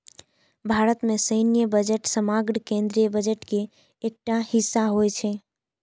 भारत मे सैन्य बजट समग्र केंद्रीय बजट के एकटा हिस्सा होइ छै